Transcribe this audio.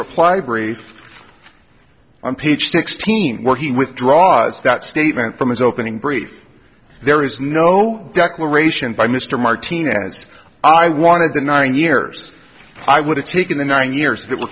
reply brief on page sixteen working with draws that statement from his opening brief there is no declaration by mr martinez i wanted the nine years i would have taken the nine years